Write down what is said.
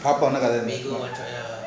பாபங்களை:paapanagala